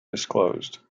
disclosed